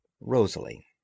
Rosalie